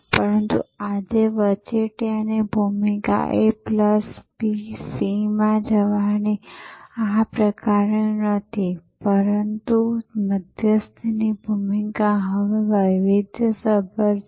પરંતુ આજે વચેટિયાની ભૂમિકા એ પ્લસ બી સીમાં જવાની આ પ્રકારની નથી પરંતુ મધ્યસ્થીની ભૂમિકા હવે વધુ વૈવિધ્યસભર છે